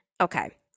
Okay